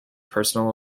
personal